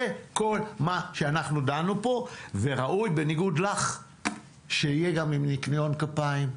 זה כל מה שאנחנו דנו פה וראוי בניגוד לך שיהיה גם ניקיון כפיים.